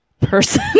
person